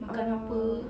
makan apa